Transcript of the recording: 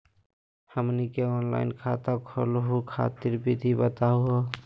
हमनी के ऑनलाइन खाता खोलहु खातिर विधि बताहु हो?